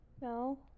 no